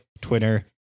Twitter